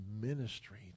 ministry